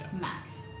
max